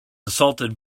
assaulted